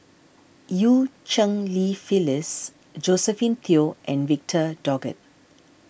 Eu Cheng Li Phyllis Josephine Teo and Victor Doggett